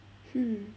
hmm